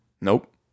Nope